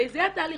וזה התהליך.